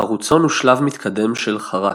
ערוצון הוא שלב מתקדם של חרץ.